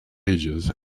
ages